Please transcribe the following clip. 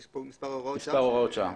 כי יש כאן מספר הוראות שעה.